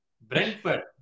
Brentford